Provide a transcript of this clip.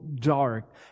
dark